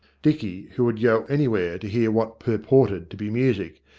dicky, who would go anywhere to hear what purported to be music,